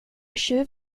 tjuv